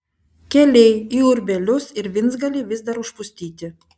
keliai į urbelius ir vincgalį vis dar užpustyti